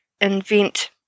invent